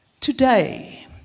today